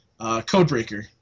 Codebreaker